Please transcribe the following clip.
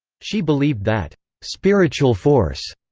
she believed that spiritual force,